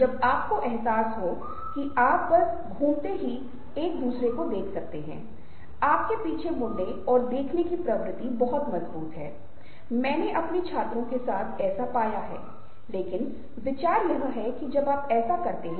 इसलिए आपको भावनाओं के बीच अंतर करने की आवश्यकता है और यह एक चेहरे का प्रतीक है क्योंकि यह एक सामाजिक सांस्कृतिक संदर्भ में एक विशिष्ट अर्थ के लिए प्रतिस्थापन है यह एक प्रत्यक्ष अभिव्यक्ति नहीं है